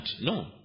No